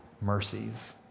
mercies